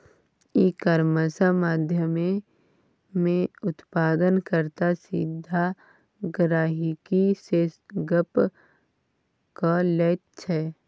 इ कामर्स माध्यमेँ उत्पादन कर्ता सीधा गहिंकी सँ गप्प क लैत छै